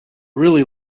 really